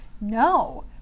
no